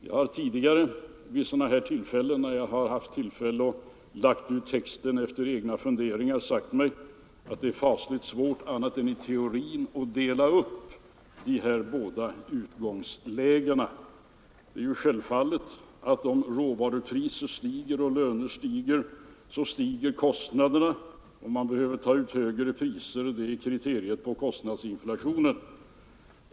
Jag har tidigare sagt, när jag haft tillfälle att lägga ut texten efter egna funderingar, att det är fasligt svårt annat än i teorin att göra en sådan uppdelning. Det är självklart att om råvarupriserna stiger och lönerna stiger, så stiger kostnaderna och man behöver ta ut högre priser. Det är kriteriet på kostnadsinflationen.